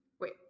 wait